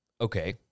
okay